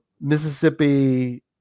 Mississippi